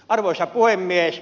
arvoisa puhemies